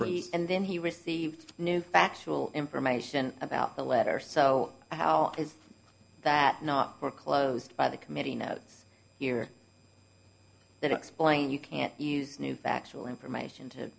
t and then he received new factual information about the letter so how is that not foreclosed by the committee notes here that explain you can't use new factual information to